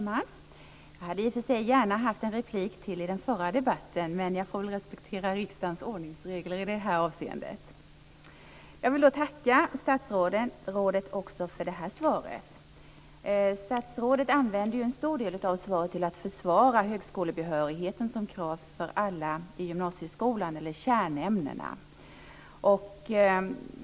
Fru talman! Jag hade i och för sig gärna haft en replik till i den förra debatten, men jag får väl respektera riksdagens ordningsregler i det avseendet. Jag vill tacka statsrådet också för det här svaret. Statsrådet använder en stor del av svaret till att försvara högskolebehörigheten som krav för kärnämnena.